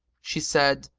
she said,